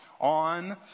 on